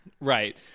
Right